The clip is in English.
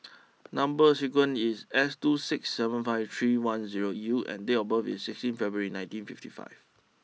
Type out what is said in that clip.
number sequence is S two six seven five three one zero U and date of birth is sixteen February nineteen fifty five